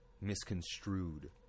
misconstrued